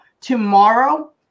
tomorrow